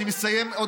אני מסיים עוד,